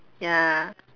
ya